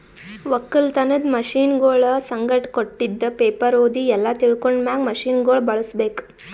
ಒಕ್ಕಲತನದ್ ಮಷೀನಗೊಳ್ ಸಂಗಟ್ ಕೊಟ್ಟಿದ್ ಪೇಪರ್ ಓದಿ ಎಲ್ಲಾ ತಿಳ್ಕೊಂಡ ಮ್ಯಾಗ್ ಮಷೀನಗೊಳ್ ಬಳುಸ್ ಬೇಕು